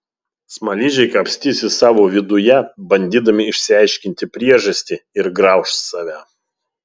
smaližiai kapstysis savo viduje bandydami išsiaiškinti priežastį ir grauš save